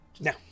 Now